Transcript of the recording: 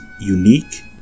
unique